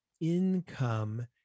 income